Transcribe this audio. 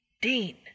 Dean